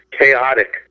chaotic